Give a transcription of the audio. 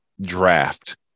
draft